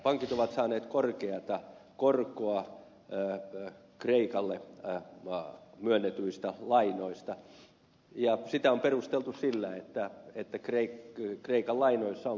pankit ovat saaneet korkeata korkoa kreikalle myönnetyistä lainoista ja sitä on perusteltu sillä että kreikan lainoissa on korkea riski